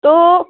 तँ